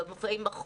הלבשה ומה לא,